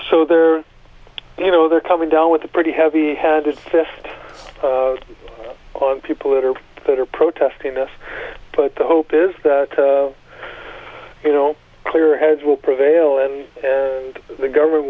so they're you know they're coming down with a pretty heavy handed fist on people that are that are protesting this but the hope is that you know clearer heads will prevail and the government